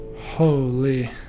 Holy